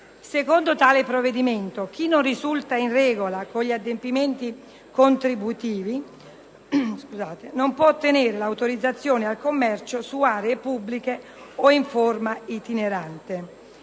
Secondo tale provvedimento chi non risulta in regola con gli adempimenti contributivi non può ottenere l'autorizzazione al commercio su aree pubbliche o in forma itinerante.